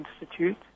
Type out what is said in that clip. institute